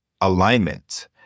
alignment